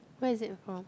where is it from